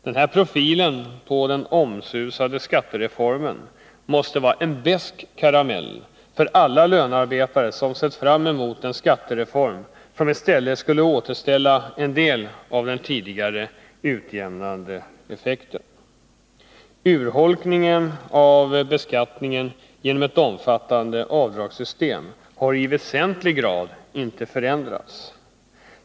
Denna profil på den omsusade skattereformen måste vara en besk karamell för alla lönearbetare som sett fram emot en skattereform som i stället skulle återställa en del av den tidigare utjämnande effekten. Urholkningen av beskattningen genom ett omfattande avdragssystem har i väsentlig grad inte förändrats.